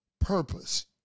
Purpose